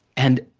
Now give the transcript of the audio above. and,